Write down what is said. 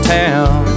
town